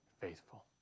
faithful